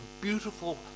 beautiful